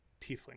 tiefling